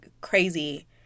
crazy